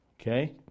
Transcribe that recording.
okay